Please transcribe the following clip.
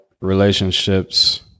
relationships